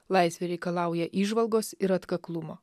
laisvė reikalauja įžvalgos ir atkaklumo